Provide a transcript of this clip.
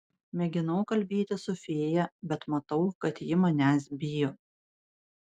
mėginau kalbėtis su fėja bet matau kad ji manęs bijo